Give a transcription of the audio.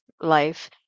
life